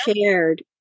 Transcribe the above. shared